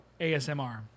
ASMR